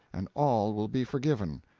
and all will be forgiven.